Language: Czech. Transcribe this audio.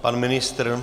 Pan ministr?